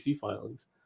filings